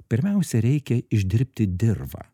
pirmiausia reikia išdirbti dirvą